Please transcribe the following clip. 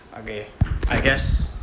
okay I guess